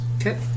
Okay